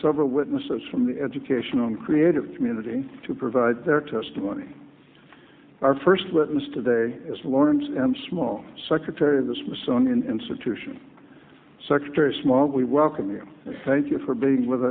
several witnesses from the educational and creative community to provide their testimony our first witness today is lawrence m small secretary of the smithsonian institution secretary small we welcome you and thank you for being with